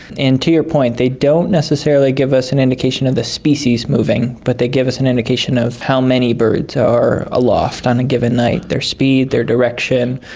and to your point, they don't necessarily give us an indication of the species moving, but they give us an indication of how many birds are aloft on a given night their speed, their direction,